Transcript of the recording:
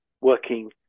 working